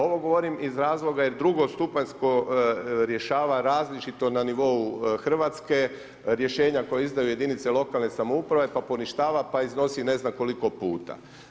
Ovo govorim iz razloga, drugostupanjsko rješava različito na nivou Hrvatske, rješenja koje izdaju jedinica lokalne samouprave, pa poništava, pa iznosi ne znam koliko puta.